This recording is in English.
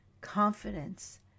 confidence